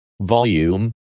volume